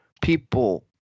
people